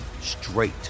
straight